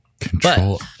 Control